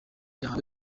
yahawe